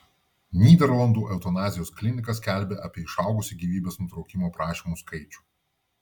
nyderlandų eutanazijos klinika skelbia apie išaugusį gyvybės nutraukimo prašymų skaičių